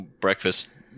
Breakfast